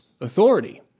authority